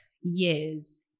years